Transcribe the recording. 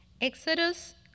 Exodus